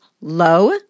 low